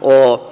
o